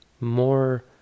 more